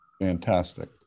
Fantastic